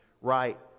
right